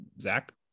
Zach